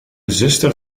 zuster